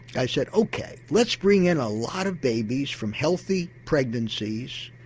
i said ok, let's bring in a lot of babies from healthy pregnancies,